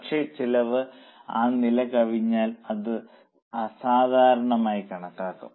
പക്ഷേ ചെലവ് ആ നില കവിഞ്ഞാൽ അത് അസാധാരണമായി കണക്കാക്കും